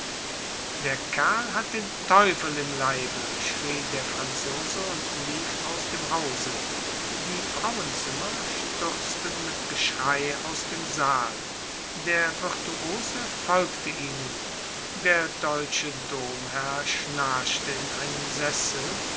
der kerl hat den teufel im leibe schrie der franzose und lief aus dem hause die frauenzimmer stürzten mit geschrei aus dem saal der virtuose folgte ihnen der deutsche domherr schnarchte in einem sessel